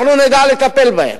אנחנו נדע לטפל בהם.